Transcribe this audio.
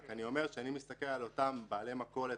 אני רק אומר שאני מסתכל על אותם בעלי מכולת,